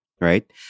right